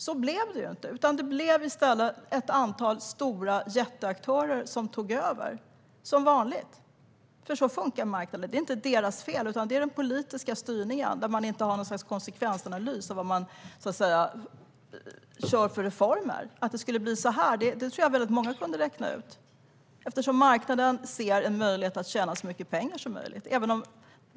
Så blev det inte, utan det blev i stället ett antal jätteaktörer som tog över - som vanligt, för så funkar marknaden. Det är inte deras fel, utan det beror på den politiska styrningen, där man inte har gör någon konsekvensanalys av de reformer man genomför. Jag tror att väldigt många kunde räkna ut att det skulle bli så här, eftersom marknaden ser en möjlighet att tjäna så mycket pengar så möjligt.